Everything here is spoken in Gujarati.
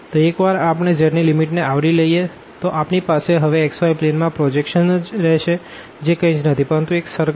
તો એકવાર આપણે z ની લીમીટ ને આવરી લઈએ તો આપણી પાસે હવે xy પ્લેન માં પ્રોજેક્શન જ રેહશે જે કંઇજ નથી પરંતુ એક સર્કલ છે